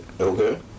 Okay